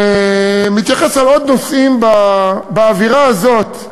שמתייחס לעוד נושאים באווירה הזאת,